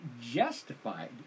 justified